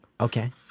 Okay